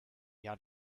jahr